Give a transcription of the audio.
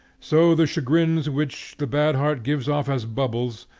so the chagrins which the bad heart gives off as bubbles,